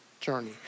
journey